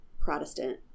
Protestant